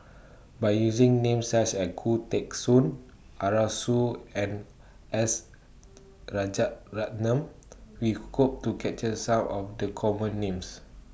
By using Names such as Khoo Teng Soon Arasu and S Rajaratnam We Hope to capture Some of The Common Names